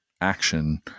action